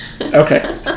Okay